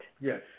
Yes